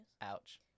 Ouch